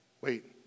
Wait